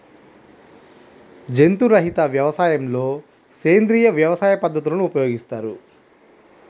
జంతు రహిత వ్యవసాయంలో సేంద్రీయ వ్యవసాయ పద్ధతులను ఉపయోగిస్తారు